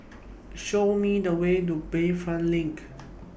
Show Me The Way to Bayfront LINK